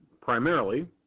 primarily